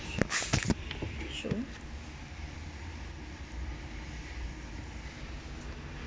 show